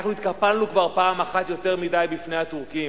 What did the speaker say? אנחנו התקפלנו כבר פעם אחת יותר מדי בפני הטורקים.